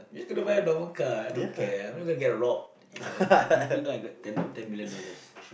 i'm just gonna buy a normal car I don't care I'm not gonna be robbed If I even though I got ten ten million dollars